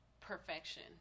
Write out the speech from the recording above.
perfection